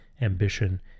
ambition